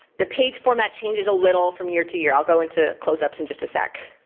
the page format changes a little from year to year. i'll go into closeups in just a sec.